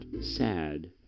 sad